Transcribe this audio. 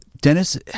Dennis